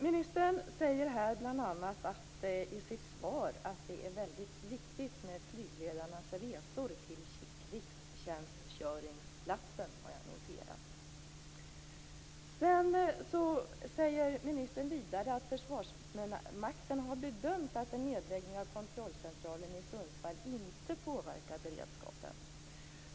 Ministern säger i sitt svar att det är väldigt viktigt med flygledarnas resor till krigstjänstgöringsplatsen. Vidare säger han att Försvarsmakten har bedömt att en nedläggning av kontrollcentralen i Sundsvall inte påverkar beredskapen.